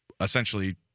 essentially